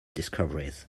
discoveries